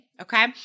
Okay